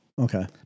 Okay